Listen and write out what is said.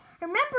Remember